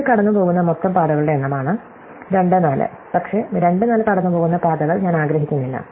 ഇത് കടന്നുപോകുന്ന മൊത്തം പാതകളുടെ എണ്ണമാണ് 24 പക്ഷേ 24 കടന്നുപോകുന്ന പാതകൾ ഞാൻ ആഗ്രഹിക്കുന്നില്ല